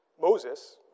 Moses